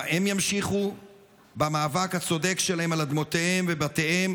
הם ימשיכו במאבק הצודק שלהם על אדמותיהם ובתיהם,